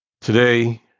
Today